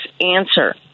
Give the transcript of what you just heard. answer